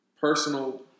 personal